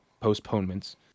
postponements